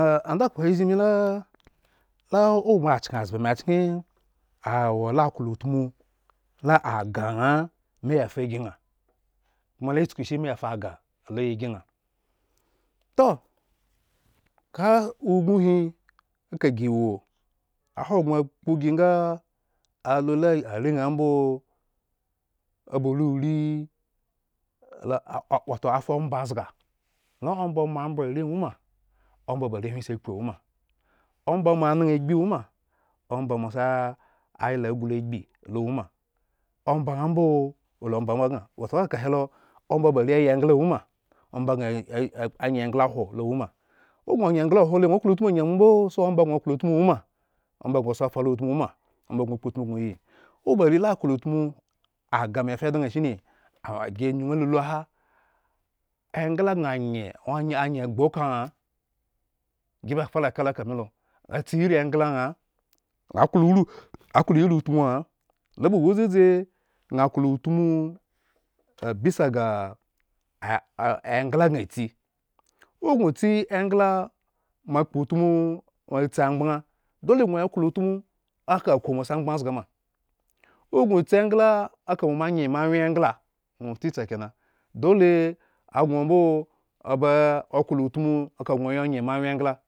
Ah andakhpo he zhin me la laoba. chkenazba me ya fa ygi ŋha koma la chukushi me ya fa ag̣ah lo ygi ŋha, toh ka ubinhi a kagi wo ahogbren kpo gi ŋga nga alu la arenŋhambo aba rarila a a wato afa omba zga la omba aba ruri la a wato afa omba zgaomba moambwre are awoma. omba moaŋha agbi awoma, omba moasa aylaaglu agbi awoma ombaŋhnambo wola ombaegna, wato ekakahelo omba ba are yi engla woma. omba gŋa a a any engla hwolo awoma, ogŋo nyengla hwo ŋwo kloutmu angyi amo mbo, so omba gŋo klotmu woma, omba gŋo sa fara utmu awo ma, omba gŋo kpo utmu gŋo oyi. Oba are la klo utmu. agah mefa shine. ahagyi ŋyun lu lu ahan, engla gŋa anye oŋ anye gbu o okhroyan, ghi ba fara kalo aka milo atsi iri engla ŋha aklo iru, aklo iri utmu ŋha, lo ba wo dzudzi gŋa klo utmu a abisa ga engla gŋo atsi, ogŋo otsi engla moakpo utmu moasti amgban dole gŋo klo utmu aka aku moasi amgban zga ma, owo gŋo tsi engla aka ba moanye moaeyen engla, ŋwo wo ticha kena, dole agŋo mbo aba klo utmu aka gŋo ya nye mo awyen enla